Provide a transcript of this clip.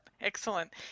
Excellent